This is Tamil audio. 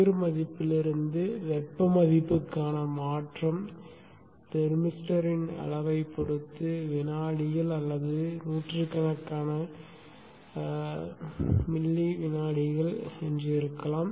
குளிர் மதிப்பிலிருந்து வெப்ப மதிப்புக்கான மாற்றம் தெர்மிஸ்டரின் அளவைப் பொறுத்து வினாடிகள் அல்லது நூற்றுக்கணக்கான மில்லி வினாடிகள் ஆகலாம்